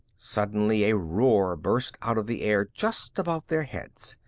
suddenly a roar burst out of the air just above their heads.